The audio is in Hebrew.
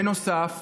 בנוסף,